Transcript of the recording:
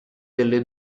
delle